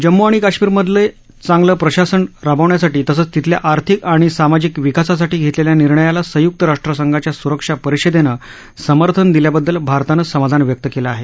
जम्म् आणि काश्मीरमध्ये चांगलं प्रशासन राबवण्यासाठी तसंच तिथल्या आर्थिक आणि सामाजिक विकासासाठी घेतलेल्या निर्णयाला संयुक्त राष्ट्रसंघाच्या सुरक्षा परिषदेनं समर्थन दिल्याबददल भारतानं समाधान व्यक्त केलं आहे